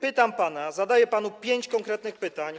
Pytam pana, zadaję panu pięć konkretnych pytań.